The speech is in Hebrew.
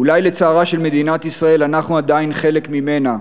אולי לצערה של מדינת ישראל אנחנו עדיין חלק ממנה,